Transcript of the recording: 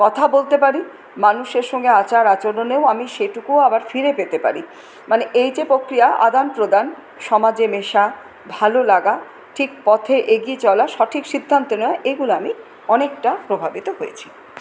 কথা বলতে পারি মানুষের সঙ্গে আচার আচরণেও আমি সেটুকুও আবার ফিরে পেতে পারি মানে এই যে প্রক্রিয়া আদান প্রদান সমাজে মেশা ভালো লাগা ঠিক পথে এগিয়ে চলা সঠিক সিদ্ধান্ত নেওয়া এগুলো আমি অনেকটা প্রভাবিত হয়েছি